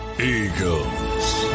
Eagles